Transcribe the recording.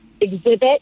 exhibit